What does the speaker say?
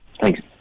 Thanks